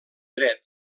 dret